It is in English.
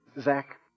Zach